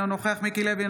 אינו נוכח מיקי לוי,